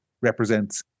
represents